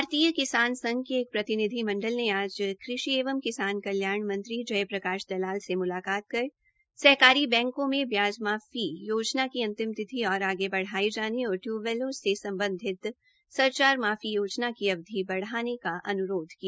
भारतीय किसान संघ के एक प्रतिनिधि मंडल ने आज कृषि एवं किसान कल्याण मंत्री जय प्रकाश दलाल से मुलाकात कर सहकारी बैंको से ब्याज माफी योजना की अंतिम तिथि और आगे बढ़ाये जाने और टयूब्वैलों से सम्बधित सरचार्ज माफी योजना की अवधि बढ़ाने का अन्रोध किया